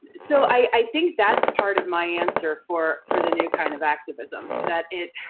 so i think that's part of my answer for for the new kind of activism, and that it.